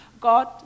God